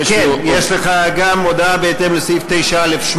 כן, יש לך גם הודעה בהתאם לסעיף 9(א)(8).